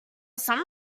some